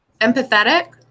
empathetic